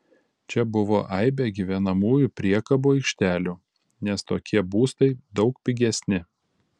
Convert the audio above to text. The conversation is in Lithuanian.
čia buvo aibė gyvenamųjų priekabų aikštelių nes tokie būstai daug pigesni